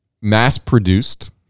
mass-produced